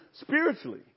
spiritually